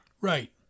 Right